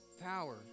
power